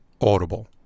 Audible